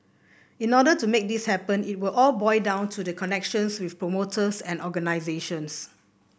in order to make this happen it will all boil down to the connections with promoters and organisations